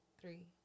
three